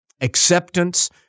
acceptance